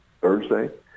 Thursday